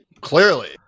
Clearly